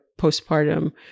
postpartum